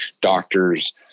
doctors